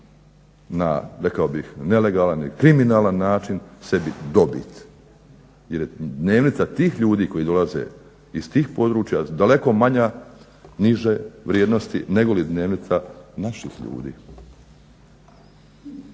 bih nelegalan ili kriminalan način sebi dobit, jer je dnevnica tih ljudi koji dolaze iz tih područja daleko manja, niže vrijednosti negoli dnevnica naših ljudi.